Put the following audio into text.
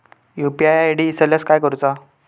UPI ID इसरल्यास काय करुचा?